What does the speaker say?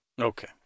Okay